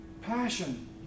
passion